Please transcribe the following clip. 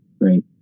Right